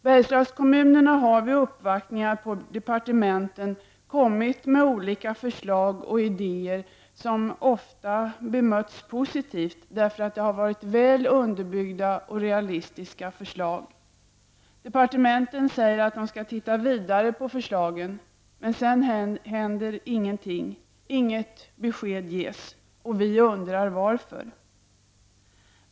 Bergslagskommunerna har vid uppvaktningar på departementen kommit med olika förslag och idéer, som ofta bemötts positivt därför att det var väl underbyggda och realistiska förslag. Departementen säger att de skall titta vidare på förslagen, men sedan händer ingenting. Inget besked ges. Vi undrar varför?